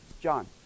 John